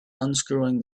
unscrewing